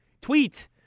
Tweet